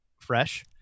fresh